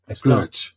good